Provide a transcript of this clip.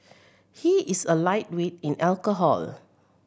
he is a lightweight in alcohol